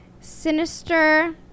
sinister